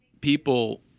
people